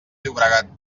llobregat